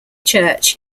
church